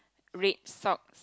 red socks